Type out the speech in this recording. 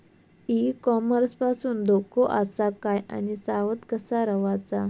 E commerce पासून धोको आसा काय आणि सावध कसा रवाचा?